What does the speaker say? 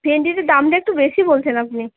ভেণ্ডিতে দামটা একটু বেশি বলছেন আপনি